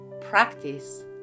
practice